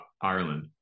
Ireland